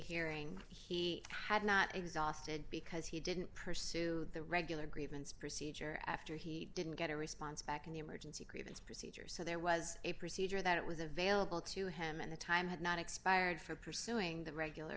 hearing he had not exhausted because he didn't pursue the regular grievance procedure after he didn't get a response back in the emergency procedures so there was a procedure that was available to him and the time had not expired for pursuing the regular